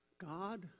God